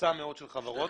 מצומצם מאוד של חברות.